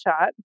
shot